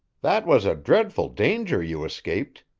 that was a dreadful danger you escaped,